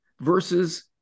versus